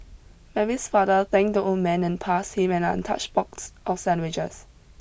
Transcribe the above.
Mary's father thanked the old man and passed him an untouched box of sandwiches